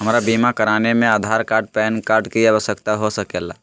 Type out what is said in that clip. हमरा बीमा कराने में आधार कार्ड पैन कार्ड की आवश्यकता हो सके ला?